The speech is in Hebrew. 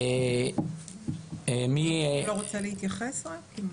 מישהו רוצה להתייחס?